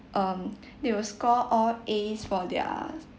um they will score all A's for their